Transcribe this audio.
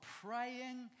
praying